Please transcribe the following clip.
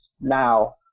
now